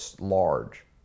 large